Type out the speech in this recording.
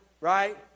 Right